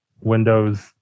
Windows